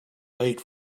late